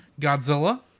Godzilla